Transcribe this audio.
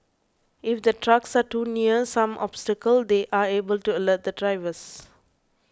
if the trucks are too near some obstacles they are able to alert the drivers